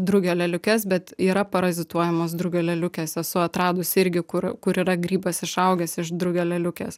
drugio lėliukes bet yra parazituojamos drugio lėliukės esu atradusi irgi kur kur yra grybas išaugęs iš drugio lėliukės